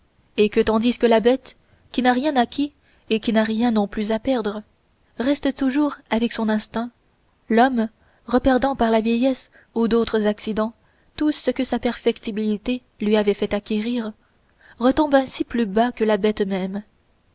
et que tandis que la bête qui n'a rien acquis et qui n'a rien non plus à perdre reste toujours avec son instinct l'homme reperdant par la vieillesse ou d'autres accidents tout ce que sa perfectibilité lui avait fait acquérir retombe ainsi plus bas que la bête même